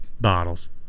bottles